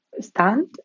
stand